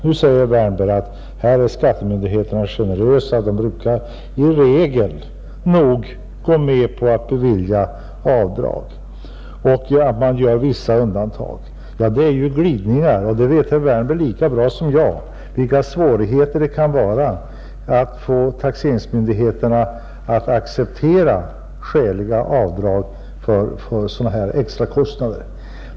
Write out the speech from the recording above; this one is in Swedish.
Nu säger herr Wärnberg att skattemyndigheterna är generösa och brukar i regel nog gå med på att bevilja avdrag men att man gör vissa undantag. Det är ju glidningar, och herr Wärnberg vet lika bra som jag vilka svårigheter det kan vara att få taxeringsmyndigheterna att acceptera skäliga avdrag för sådana här extrakostnader.